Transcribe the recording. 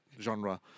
genre